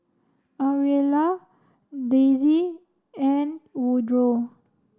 Aurilla Daisey and Woodroe